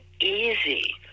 easy